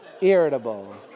irritable